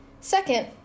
Second